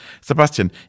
Sebastian